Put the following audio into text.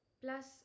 Plus